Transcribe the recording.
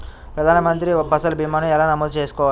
ప్రధాన మంత్రి పసల్ భీమాను ఎలా నమోదు చేసుకోవాలి?